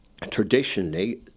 traditionally